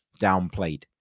downplayed